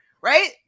right